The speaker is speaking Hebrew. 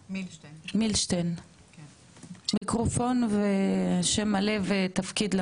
מילשטיין, מיקרופון, שם מלא ותפקיד.